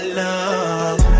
love